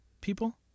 people